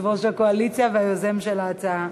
יושב-ראש הקואליציה והיוזם של ההצעה,